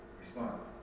response